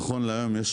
נכון להיום,